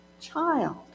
child